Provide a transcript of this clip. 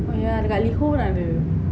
oh yeah dekat Liho pon ada